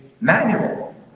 manual